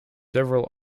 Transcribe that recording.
several